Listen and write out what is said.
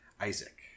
Isaac